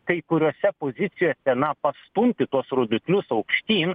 kai kuriose pozicijose na pastumti tuos rodiklius aukštyn